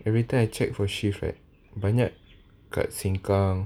every time I check for shift right banyak kat sengkang